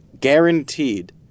guaranteed